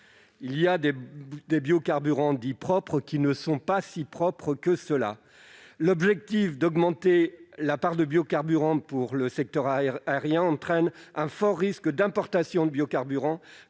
Il y a des biocarburants dits « propres » qui ne sont pas si propres que cela en réalité ! L'objectif d'augmenter la part de biocarburants dans le secteur aérien entraîne un fort risque d'importation de biocarburants